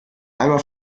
einmal